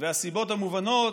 ו"הסיבות המובנות",